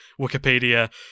wikipedia